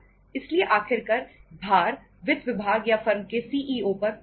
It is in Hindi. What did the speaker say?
इसलिए आखिरकर भार वित्त विभाग या फर्म के सीईओ पर पड़ेगा